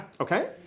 Okay